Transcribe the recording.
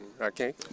Okay